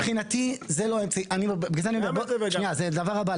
אני אזרח במדינה הזאת ואני מצפה מהשלטון